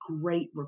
great